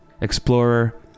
explorer